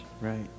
right